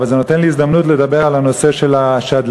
אבל זה נותן לי הזדמנות לדבר על הנושא של השדלנים.